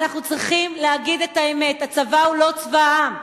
אנחנו צריכים להגיד את האמת: הצבא הוא לא צבא העם.